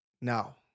Now